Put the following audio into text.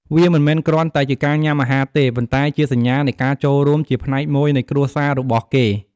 វាមិនមែនគ្រាន់តែជាការញុំាអាហារទេ ប៉ុន្តែជាសញ្ញានៃការចូលរួមជាផ្នែកមួយនៃគ្រួសាររបស់គេ ។